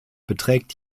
beträgt